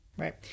Right